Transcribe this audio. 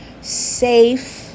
safe